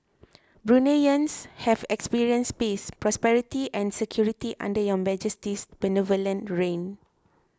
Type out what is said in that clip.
Bruneians have experienced peace prosperity and security under Your Majesty's benevolent reign